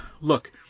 look